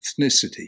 ethnicity